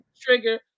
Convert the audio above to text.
Trigger